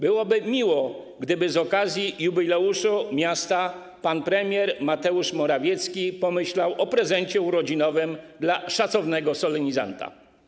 Byłoby miło, gdyby z okazji jubileuszu miasta pan premier Mateusz Morawiecki pomyślał o prezencie urodzinowym dla szacownego solenizanta.